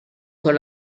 con